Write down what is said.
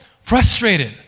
frustrated